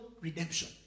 redemption